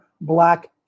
black